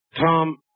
Tom